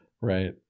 right